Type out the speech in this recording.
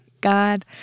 God